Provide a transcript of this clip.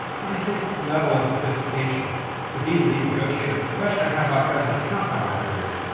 and i think level of sophistication to be the lead negotiator. the question i'd have about president trump, however is,